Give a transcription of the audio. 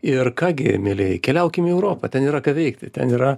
ir ką gi mielieji keliaukim į europą ten yra ką veikti ten yra